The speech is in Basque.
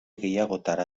gehiagotara